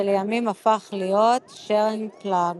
שלימים הפך להיות Schering Plough